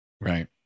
Right